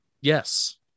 Yes